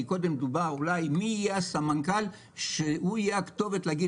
כי קודם דובר מי יהיה הסמנכ"ל שהוא יהיה הכתובת להגיד